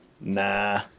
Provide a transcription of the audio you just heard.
nah